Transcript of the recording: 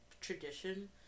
tradition